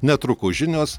netrukus žinios